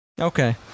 okay